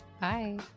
Bye